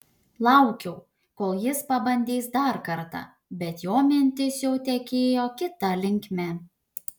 laukiau kol jis pabandys dar kartą bet jo mintys jau tekėjo kita linkme